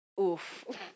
Oof